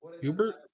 Hubert